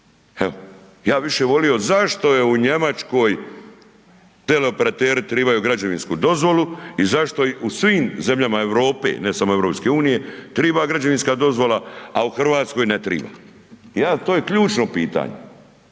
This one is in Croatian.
bi više volio, zašto je u Njemačkoj teleoperateri trebaju građevinsku dozvolu i zašto u svim zemljama Europe, ne samo EU triba građevinska dozvola, a u Hrvatskoj ne triba. Ja, to je ključno pitanje.